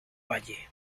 valle